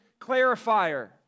clarifier